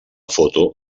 foto